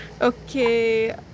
okay